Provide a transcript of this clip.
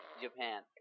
Japan